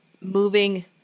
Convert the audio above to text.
moving